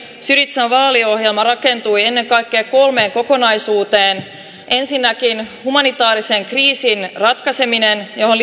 syrizan vaaliohjelma rakentui ennen kaikkea kolmeen kokonaisuuteen ensinnäkin humanitaarisen kriisin ratkaiseminen johon